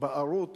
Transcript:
בערות